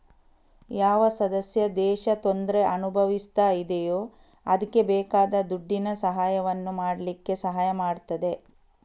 ಯಾವ ಸದಸ್ಯ ದೇಶ ತೊಂದ್ರೆ ಅನುಭವಿಸ್ತಾ ಇದೆಯೋ ಅದ್ಕೆ ಬೇಕಾದ ದುಡ್ಡಿನ ಸಹಾಯವನ್ನು ಮಾಡ್ಲಿಕ್ಕೆ ಸಹಾಯ ಮಾಡ್ತದೆ